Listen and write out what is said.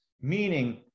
meaning